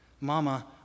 Mama